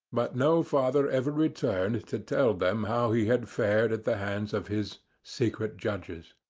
but no father ever returned to tell them how he had fared at the hands of his secret judges.